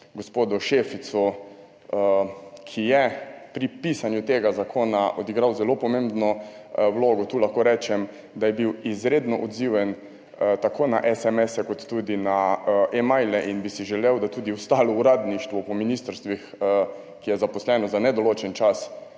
gospodu Šeficu, ki je pri pisanju tega zakona odigral zelo pomembno vlogo. Tu lahko rečem, da je bil izredno odziven, tako na SMS-e kot tudi na e-maile, in bi si želel, da tudi ostalo uradništvo po ministrstvih, ki je zaposleno za nedoločen čas,